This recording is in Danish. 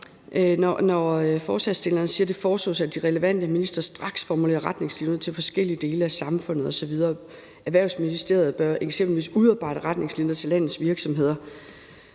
når forslagsstillerne siger, at det foreslås, at de relevante ministre straks formulerer retningslinjer til forskellige dele af samfundet osv., og at Erhvervsministeriet eksempelvis bør udarbejde retningslinjer til landets virksomheder.